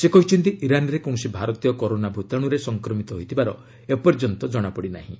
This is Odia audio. ସେ କହିଛନ୍ତି ଇରାନ୍ରେ କୌଣସି ଭାରତୀୟ କରୋନା ଭୂତାଣୁରେ ସଂକ୍ରମିତ ହୋଇଥିବାର ଏପର୍ଯ୍ୟନ୍ତ ଜଣାପଡ଼ି ନାହିଁ